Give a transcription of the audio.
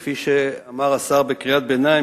כפי שאמר השר בקריאת ביניים,